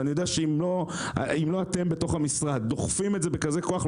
ואני יודע שאם לא אתם בתוך המשרד דוחפים את זה בכזה כוח,